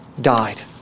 died